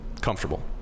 Comfortable